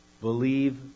Believe